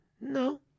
no